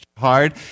hard